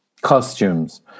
costumes